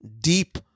deep